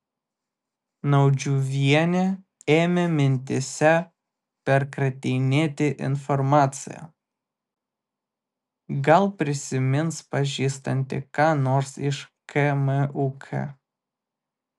naudžiuvienė ėmė mintyse perkratinėti informaciją gal prisimins pažįstanti ką nors iš kmuk